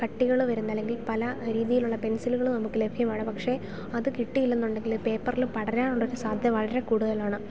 കട്ടികൾ വരുന്ന അല്ലെങ്കിൽ പല രീതിയിലുള്ള പെൻസിലുകൾ നമുക്ക് ലഭ്യമാണ് പക്ഷെ അതു കിട്ടിയില്ലെന്നുണ്ടെങ്കിൽ പേപ്പറിൽ പടരാനുള്ളൊരു സാധ്യത വളരെ കൂടുതലാണ്